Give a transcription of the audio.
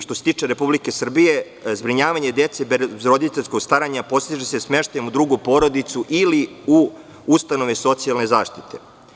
Što se tiče Republike Srbije, zbrinjavanje dece bez roditeljskog staranja postiže se smeštajem u drugu porodicu ili u ustanove socijalne zaštite.